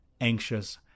anxious